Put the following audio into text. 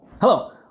Hello